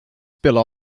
spela